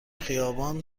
خیابان